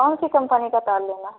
कौनसी कंपनी का तार लेना है